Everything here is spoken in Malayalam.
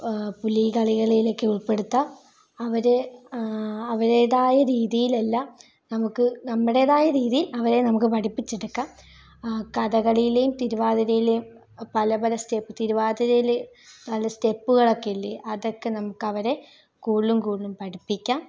പുലിക്കളികളിലൊക്കെ ഉൾപ്പെടുത്താം അവരെ അരുടേതായ രീതിയിൽ അല്ല നമുക്ക് നമ്മുടേതായ രീതിയിൽ അവരെ നമുക്ക് പഠിപ്പിച്ചെടുക്കാം ആ കഥകളിയിലെയും തിരുവാതിരക്കളിയിലെയും പല പല സ്റ്റെപ്പ് തിരുവാതിരയിലെ പല സ്റ്റെപ്പുകൾ ഒക്കെയില്ലേ അതൊക്കെ നമുക്ക് അവരെ കൂടുതലും കൂടുതലും പഠിപ്പിക്കാം